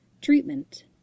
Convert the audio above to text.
Treatment